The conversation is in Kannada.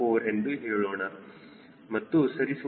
4 ಎಂದು ಹೇಳೋಣ ಮತ್ತು ಸರಿಸುಮಾರು ಅದರ ಮೌಲ್ಯವು 1